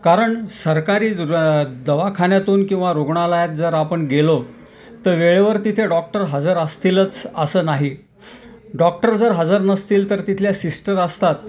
कारण सरकारी दु दवाखान्यातून किंवा रुग्णालयात जर आपण गेलो तर वेळेवर तिथे डॉक्टर हजर असतीलच असं नाही डॉक्टर जर हजर नसतील तर तिथल्या सिस्टर असतात